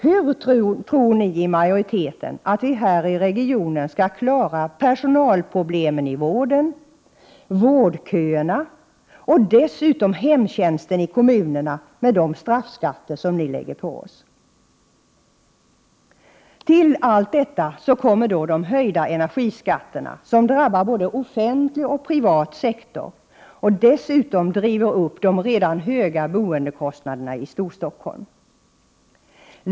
Hur tror ni som tillhör majoriteten att vi här i regionen skall klara personalproblemen beträffande vården, vårdköerna och dessutom hemtjänsten i kommunerna, med de straffskatter ni lägger på oss? Till allt detta kommer de höjda energiskatterna, som drabbar både offentlig och privat sektor och dessutom driver upp de redan höga boendekostnaderna i Storstockholm.